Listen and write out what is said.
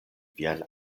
vian